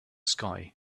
sky